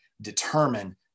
determine